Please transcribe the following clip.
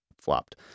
flopped